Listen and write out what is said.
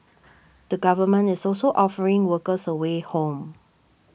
the government is also offering workers a way home